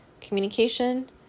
Communication